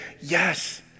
yes